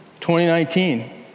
2019